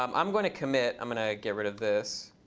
um i'm going to commit. i'm going to get rid of this.